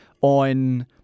on